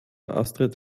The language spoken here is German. astrid